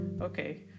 okay